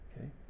Okay